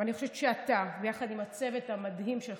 אני חושבת שאתה, ביחד עם הצוות המדהים שלך,